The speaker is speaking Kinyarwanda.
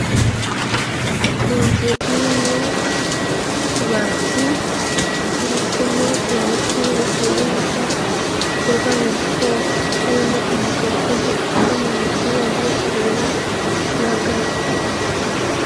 Inzu irimo utubati tubisemo imiti y'ibihingwa irwanya udukoko, harimo umugabo ufashe icupa mu ntoki, wambaye itaburiya na ga.